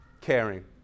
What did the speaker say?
caring